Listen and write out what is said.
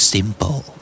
Simple